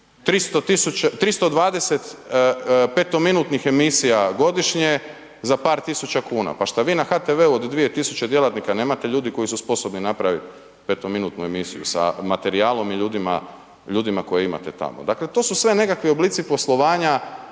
320 petominutnih emisija godišnje za par tisuća kuna. Pa što vi na HTV-u od 2 tisuće djelatnika nemate ljude koji su sposobni napraviti petominutnu emisiju sa materijalom i ljudima koje imate tamo? Dakle, to su sve nekakvi oblici poslovanja